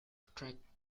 attracting